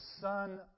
son